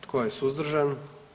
Tko je suzdržan?